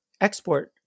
export